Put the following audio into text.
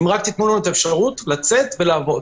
רק תתנו לנו את האפשרות לצאת ולעבוד.